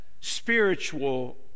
spiritual